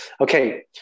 Okay